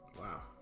Wow